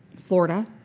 Florida